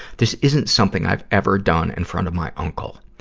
this isn't something i've ever done in front of my uncle.